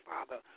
Father